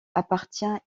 appartient